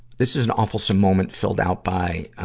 this is an awfulsome moment filled out by, ah,